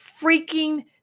freaking